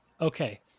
Okay